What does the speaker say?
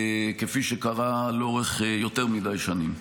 כפי שקרה לאורך יותר מדי שנים.